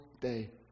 day